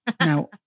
Now